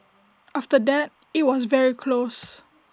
after that IT was very close